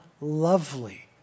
lovely